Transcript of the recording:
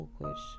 focus